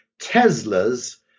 Tesla's –